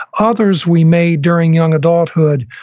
others we made during young adulthood,